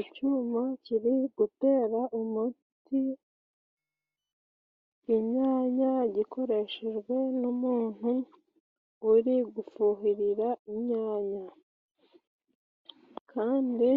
Icyuma kiri gutera umuti inyanya gikoreshejwe n'umuntuntu uri gufuhirira inyanya. kandi